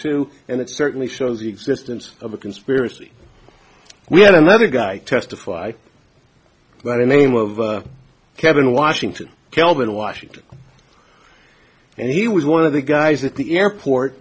two and it certainly shows the existence of a conspiracy we had another guy testify but a name of kevin washington calvin washington and he was one of the guys at the airport